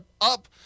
up